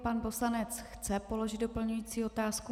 Pan poslanec chce položit doplňující otázku.